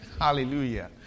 hallelujah